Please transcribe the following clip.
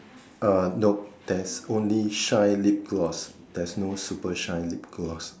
uh nope there's only shine lip gloss there's no super shine lip gloss